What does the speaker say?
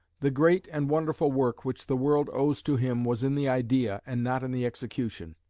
the great and wonderful work which the world owes to him was in the idea, and not in the execution.